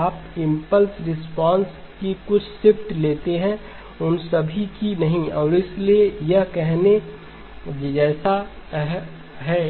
आप impulse response की कुछ शिफ्ट लेते हैं उन सभी की नहीं और इसलिए यह कहने जैसा है